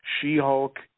She-Hulk